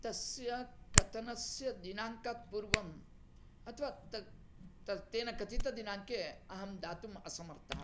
तस्य कथनस्य दिनाङ्कात् पूर्वं अथवा तत् तत् कथित दिनाङ्के अहं दातुम् असमर्थः